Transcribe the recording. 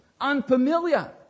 unfamiliar